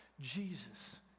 Jesus